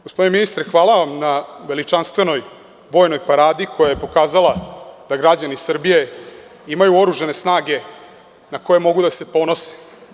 Gospodine ministre, hvala vam na veličanstvenoj Vojnoj paradi koja je pokazala da građani Srbije imaju oružane snage na koje mogu da se ponose.